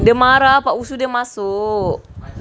dia marah pak usu dia masuk